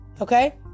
Okay